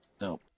no